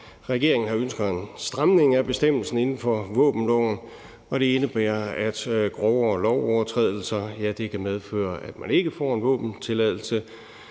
Regeringen ønsker en stramning af bestemmelsen inden for våbenloven, og det indebærer, at grovere lovovertrædelser kan medføre, at man ikke får en våbentilladelse,